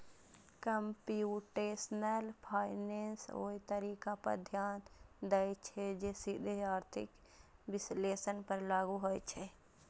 computational finance ओइ तरीका पर ध्यान दै छै, जे सीधे आर्थिक विश्लेषण पर लागू होइ छै